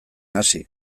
hasi